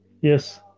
Yes